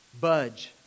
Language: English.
Budge